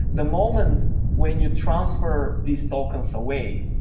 the moment when you transfer these tokens away,